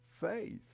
faith